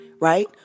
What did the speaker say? right